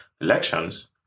elections